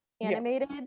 animated